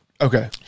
Okay